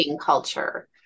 culture